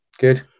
good